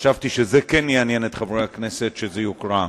וחשבתי שזה יעניין את חברי הכנסת וכדאי שזה יוקרא.